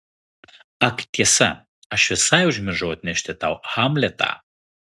ak tiesa aš visai užmiršau atnešti tau hamletą